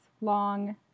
long